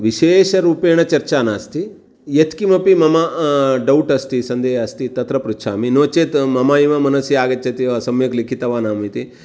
विशेषरूपेणचर्चा नास्ति यत्किमपि मम डौटस्ति सन्देहः अस्ति तत्र पृच्छामि नो चेत् मम एव मनसि आगच्छति ओ सम्यक् लिखितवानहमिति